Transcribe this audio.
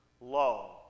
low